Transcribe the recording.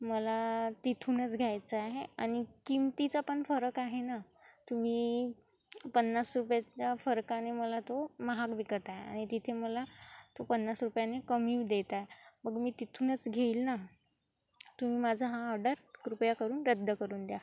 मला तिथूनच घ्यायचं आहे आणि किंमतीचा पण फरक आहे ना तुम्ही पन्नास रुपयाच्या फरकाने मला तो महाग विकत आहे आणि तिथे मला तो पन्नास रुपयांनी कमी देत आहे मग मी तिथूनच घेईल ना तुम्ही माझा हा ऑर्डर कृपया करून रद्द करून द्या